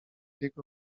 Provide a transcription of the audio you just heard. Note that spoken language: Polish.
jego